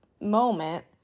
moment